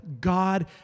God